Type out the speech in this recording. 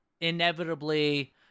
inevitably